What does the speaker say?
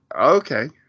okay